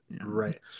Right